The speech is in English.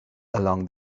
along